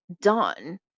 done